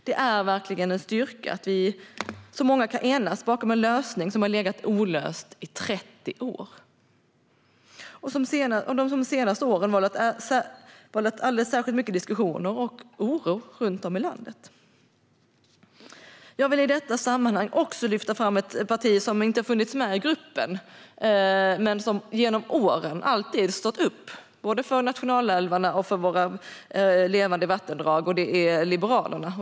Det är verkligen en styrka att så många kan enas om en lösning av något som har varit olöst i 30 år och som under de senaste åren vållat många diskussioner och mycket oro runt om i landet. Jag vill i detta sammanhang också lyfta fram ett parti som inte har funnits med i gruppen men som genom åren alltid har stått upp både för nationalälvarna och för våra levande vattendrag, och det är Liberalerna.